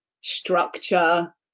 structure